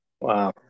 Wow